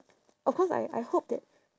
of course I I hope that